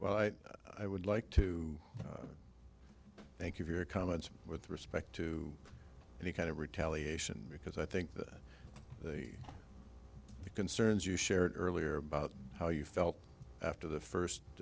well i would like to thank you for your comments with respect to the kind of retaliation because i think that the concerns you shared earlier about how you felt after the first